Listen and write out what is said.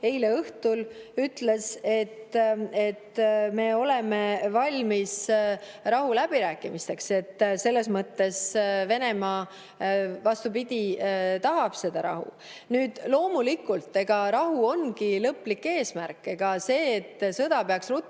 eile õhtul ütles, et nad on valmis rahuläbirääkimisteks. Selles mõttes Venemaa, vastupidi, tahab seda rahu. Loomulikult, rahu ongi lõplik eesmärk. See, et sõda peaks ruttu